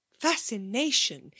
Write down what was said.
fascination